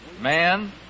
man